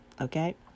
okay